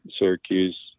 Syracuse